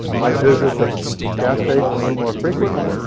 might visit the gas station a little more frequently,